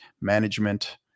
management